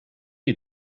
you